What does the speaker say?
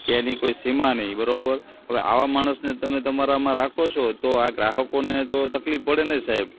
કે અની કોઈ સીમા નહીં બરાબર હવે આવા માણસને તમે તમારામાં રાખો છો તો આ ગ્રાહકોને તો તકલીફ પડે ને સાહેબ